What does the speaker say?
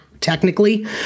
technically